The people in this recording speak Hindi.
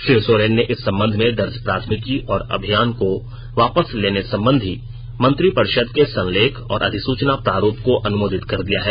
श्री सोरेन ने इस संबंध में दर्ज प्राथमिकी और अभियान को वापस लेने संबंधी मंत्री परिषद के संलेख और अधिसूचना प्रारूप को अनुमोदित कर दिया है